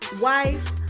wife